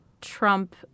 Trump